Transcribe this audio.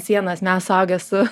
sienas mes suaugę su